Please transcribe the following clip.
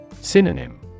Synonym